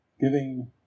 giving